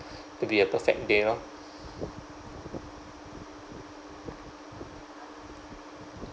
to be a perfect day lor